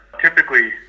typically